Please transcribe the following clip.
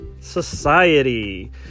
Society